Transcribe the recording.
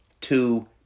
two